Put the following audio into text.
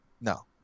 No